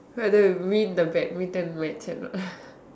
whether we win the badminton match or not